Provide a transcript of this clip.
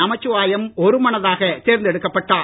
நமச்சிவாயம் ஒருமனதாக தேர்ந்தெடுக்கப்பட்டார்